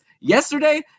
yesterday